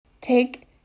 take